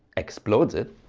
explodes it